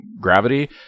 gravity